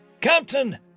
Captain